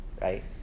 right